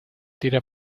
tira